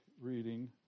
reading